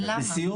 למה?